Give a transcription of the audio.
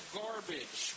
garbage